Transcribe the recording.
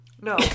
No